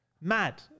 Mad